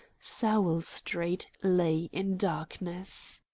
sowell street lay in darkness.